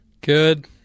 Good